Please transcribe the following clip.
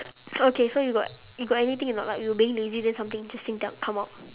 okay so you got you got anything or not like you being lazy then something interesting just come out